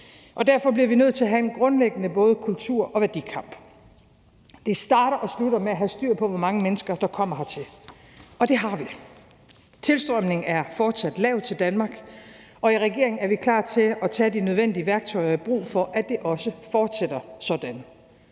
nu. Derfor bliver vi nødt til at have en grundlæggende kultur- og værdikamp. Det starter og slutter med at have styr på, hvor mange mennesker der kommer hertil, og det har vi. Tilstrømningen til Danmark er fortsat lav, og i regeringen er vi klar til at tage de nødvendige værktøjer i brug, for at det også fortsætter sådan.